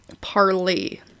Parley